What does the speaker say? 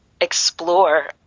explore